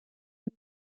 und